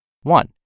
One